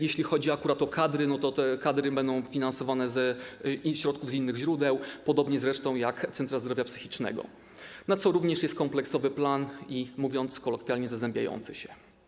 Jeśli chodzi akurat o kadry, te kadry będą finansowane z środków z innych źródeł, podobnie zresztą jak centra zdrowia psychicznego, na co również jest kompleksowy plan, mówiąc kolokwialnie, zazębiający się.